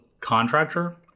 contractor